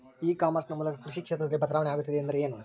E commerce ನ ಮೂಲಕ ಕೃಷಿ ಕ್ಷೇತ್ರದಲ್ಲಿ ಬದಲಾವಣೆ ಆಗುತ್ತಿದೆ ಎಂದರೆ ಏನು?